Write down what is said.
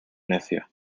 necio